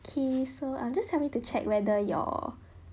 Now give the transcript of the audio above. okay so um just help me to check whether your